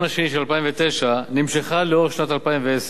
השני של 2009 נמשכה לאורך שנת 2010,